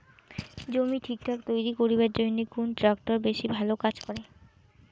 জমি ঠিকঠাক তৈরি করিবার জইন্যে কুন ট্রাক্টর বেশি ভালো কাজ করে?